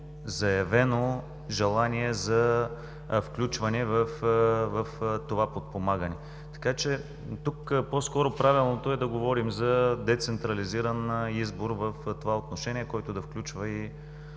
заявено желание за включване в това подпомагане. Тук по-скоро правилното е да говорим за децентрализиран избор, който да включва и